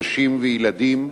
נשים וילדים,